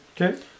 Okay